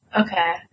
okay